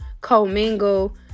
co-mingle